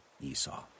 Esau